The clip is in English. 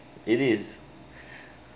it is